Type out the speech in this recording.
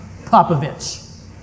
Popovich